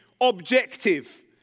objective